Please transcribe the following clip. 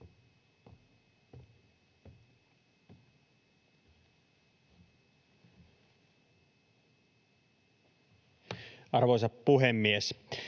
Arvoisa puhemies!